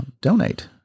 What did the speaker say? donate